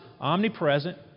omnipresent